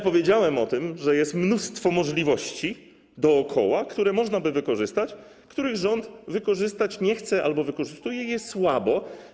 Powiedziałem o tym, że jest mnóstwo możliwości dookoła, które można by wykorzystać, których rząd wykorzystać nie chce albo które wykorzystuje słabo.